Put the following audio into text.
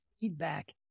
feedback